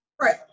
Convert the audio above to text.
Right